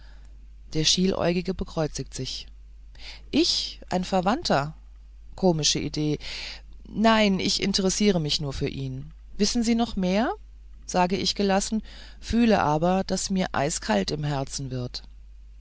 der schieläugige bekreuzigt sich ich ein verwandter komische idee nein ich interessiere mich nur für ihn wissen sie noch mehr sage ich gelassen fühle aber daß mir eiskalt im herzen wird